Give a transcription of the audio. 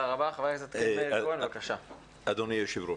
אדוני היושב-ראש,